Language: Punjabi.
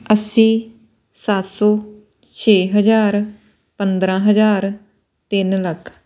ਅੱਸੀ ਸੱਤ ਸੌ ਛੇ ਹਜ਼ਾਰ ਪੰਦਰਾਂ ਹਜ਼ਾਰ ਤਿੰਨ ਲੱਖ